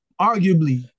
Arguably